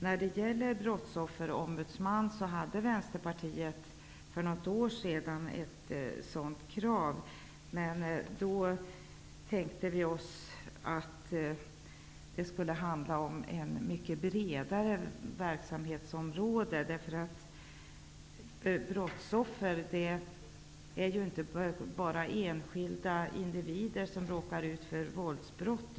När det gäller brottsofferombudsman hade Vänsterpartiet för ett år sedan krav på en sådan. Då tänkte vi oss att det skulle handla om ett mycket bredare verksamhetsområde, därför att brottsoffer inte bara är enskilda individer som råkar ut för våldsbrott.